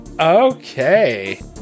Okay